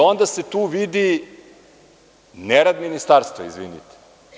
Onda se tu vidi nerad ministarstva, izvinite.